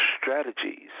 strategies